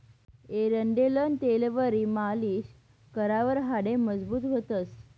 एरंडेलनं तेलवरी मालीश करावर हाडे मजबूत व्हतंस